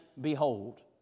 behold